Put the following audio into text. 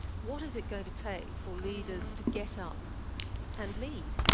what is it going to take for leaders to get up and lead?